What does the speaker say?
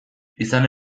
izan